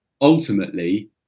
Ultimately